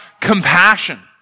compassion